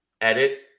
edit